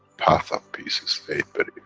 path of peace is very, but